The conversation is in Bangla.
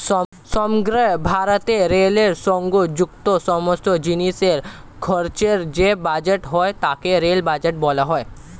সমগ্র ভারতে রেলের সঙ্গে যুক্ত সমস্ত জিনিসের খরচের যে বাজেট হয় তাকে রেল বাজেট বলা হয়